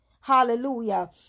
Hallelujah